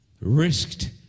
risked